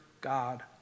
God